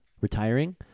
retiring